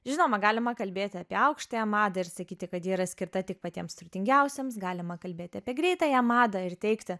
žinoma galima kalbėti apie aukštąją madą ir sakyti kad ji yra skirta tik patiems turtingiausiems galima kalbėti apie greitąją madą ir teigti